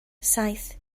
saith